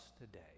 today